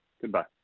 goodbye